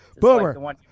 Boomer